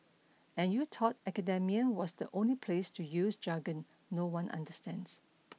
and you thought academia was the only place to use jargon no one understands